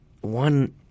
one